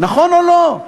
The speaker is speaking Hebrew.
נכון או לא?